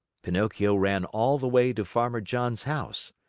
pinocchio ran all the way to farmer john's house.